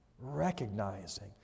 recognizing